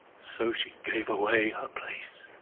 so she gave away her place.